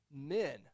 Men